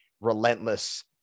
relentless